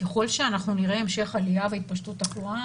ככל שאנחנו נראה המשך עלייה והתפשטות תחלואה,